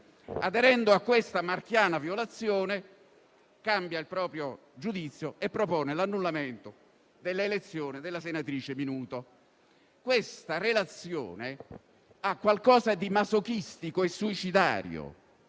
della Costituzione), cambia il proprio giudizio e propone l'annullamento dell'elezione della senatrice Minuto. Questa relazione ha qualcosa di masochistico e suicidario,